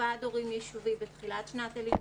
ועד הורים יישובי בתחילת שנת הלימודים,